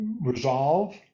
resolve